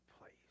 place